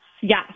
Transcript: yes